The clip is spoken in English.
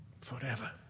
forever